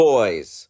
Boys